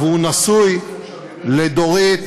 והוא נשוי לדורית,